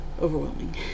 overwhelming